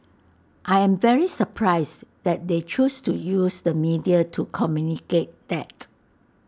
I'm very surprised that they choose to use the media to communicate that